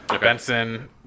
Benson